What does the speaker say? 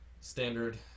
standard